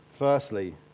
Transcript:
Firstly